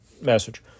message